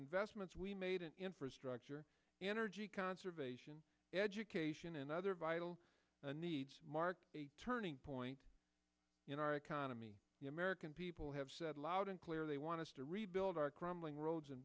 investments we made an infrastructure energy conservation education and other vital need mark a turning point in our economy the american people have said loud and clear they want to rebuild our crumbling roads and